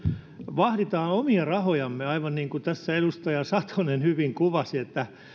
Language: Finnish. vahditaan omia rahojamme aivan niin kuin tässä edustaja satonen hyvin kuvasi